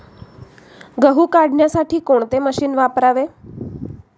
गहू काढण्यासाठी कोणते मशीन वापरावे?